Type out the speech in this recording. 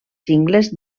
cingles